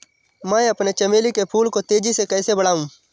मैं अपने चमेली के फूल को तेजी से कैसे बढाऊं?